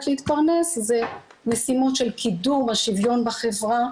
להתפרנס זה משימות של קידום השוויון בחברה,